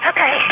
Okay